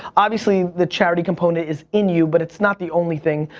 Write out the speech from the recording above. obviously the charity component is in you, but it's not the only thing,